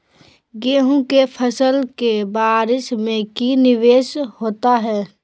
गेंहू के फ़सल के बारिस में की निवेस होता है?